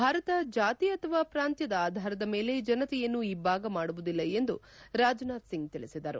ಭಾರತ ಜಾತಿ ಅಥವಾ ಪ್ರಾಂತ್ಲದ ಆಧಾರದ ಮೇಲೆ ಜನತೆಯನ್ನು ಇಬ್ಬಾಗ ಮಾಡುವುದಿಲ್ಲ ಎಂದು ರಾಜನಾಥ್ಸಿಂಗ್ ತಿಳಿಸಿದರು